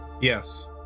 Yes